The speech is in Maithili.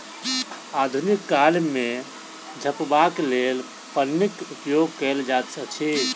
आधुनिक काल मे झपबाक लेल पन्नीक उपयोग कयल जाइत अछि